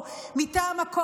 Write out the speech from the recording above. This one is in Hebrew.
מטעם הפוליטיקאים שלהם,